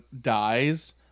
dies